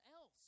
else